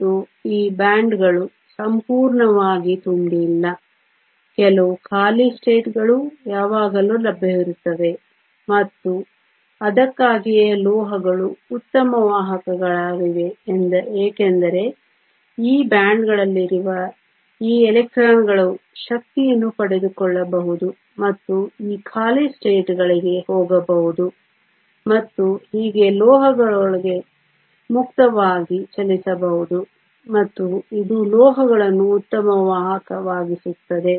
ಮತ್ತು ಈ ಬ್ಯಾಂಡ್ಗಳು ಸಂಪೂರ್ಣವಾಗಿ ತುಂಬಿಲ್ಲ ಕೆಲವು ಖಾಲಿ ಸ್ಥಿತಿಗಳು ಯಾವಾಗಲೂ ಲಭ್ಯವಿರುತ್ತವೆ ಮತ್ತು ಅದಕ್ಕಾಗಿಯೇ ಲೋಹಗಳು ಉತ್ತಮ ವಾಹಕಗಳಾಗಿವೆ ಏಕೆಂದರೆ ಈ ಬ್ಯಾಂಡ್ಗಳಲ್ಲಿರುವ ಈ ಎಲೆಕ್ಟ್ರಾನ್ಗಳು ಶಕ್ತಿಯನ್ನು ಪಡೆದುಕೊಳ್ಳಬಹುದು ಮತ್ತು ಈ ಖಾಲಿ ಸ್ಥಿತಿಗಳಿಗೆ ಹೋಗಬಹುದು ಮತ್ತು ಹೀಗೆ ಲೋಹದೊಳಗೆ ಮುಕ್ತವಾಗಿ ಚಲಿಸಬಹುದು ಮತ್ತು ಇದು ಲೋಹಗಳನ್ನು ಉತ್ತಮ ವಾಹಕವಾಗಿಸುತ್ತದೆ